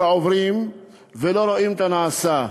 שעוברים ולא רואים את הנעשה?